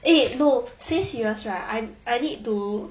eh no say serious right I I need to